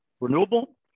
renewable